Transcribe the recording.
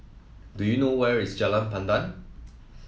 do you know where is Jalan Pandan